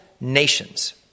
nations